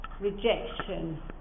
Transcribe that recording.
rejection